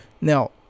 Now